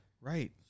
Right